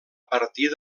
partir